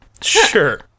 Sure